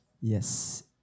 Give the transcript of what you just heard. Yes